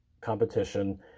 competition